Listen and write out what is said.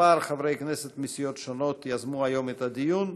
כמה חברי כנסת מסיעות שונות יזמו היום את הדיון.